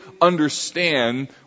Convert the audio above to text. understand